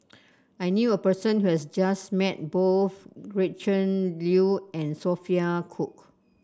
I knew a person who has just met both Gretchen Liu and Sophia Cooke